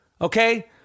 Okay